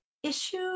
issue